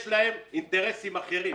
יש להם אינטרסים אחרים.